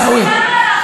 עיסאווי,